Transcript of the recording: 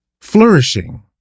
flourishing